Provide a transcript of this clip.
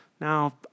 Now